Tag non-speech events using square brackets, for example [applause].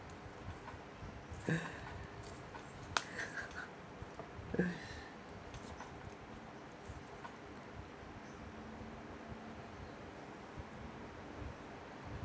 [laughs]